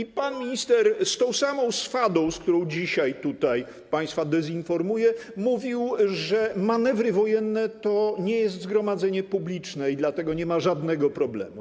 I pan minister z tą samą swadą, z którą dzisiaj tutaj państwa dezinformuje, mówił, że manewry wojenne to nie jest zgromadzenie publiczne, i dlatego nie ma żadnego problemu.